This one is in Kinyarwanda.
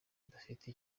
udafite